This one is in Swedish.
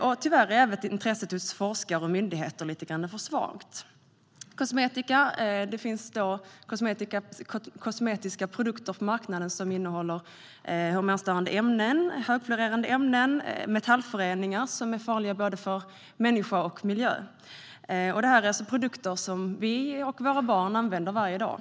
Men tyvärr är intresset även hos forskare och myndigheter lite för svagt. Det finns kosmetiska produkter på marknaden som innehåller hormonstörande ämnen, högfluorerade ämnen och metallföreningar som är farliga för både hälsa och miljö. Det här är alltså produkter som vi och våra barn använder varje dag.